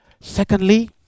Secondly